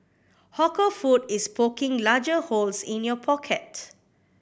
hawker food is poking larger holes in your pocket